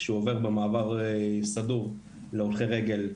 כשהוא עובר במעבר סדור להולכי רגל,